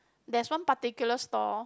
there's one particular stall